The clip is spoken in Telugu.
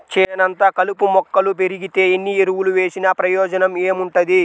చేనంతా కలుపు మొక్కలు బెరిగితే ఎన్ని ఎరువులు వేసినా ప్రయోజనం ఏముంటది